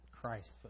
Christ